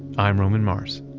i'm roman mars